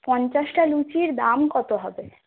পঞ্চাশটা লুচির দাম কত হবে